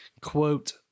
Quote